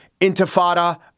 Intifada